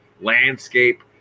Landscape